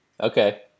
Okay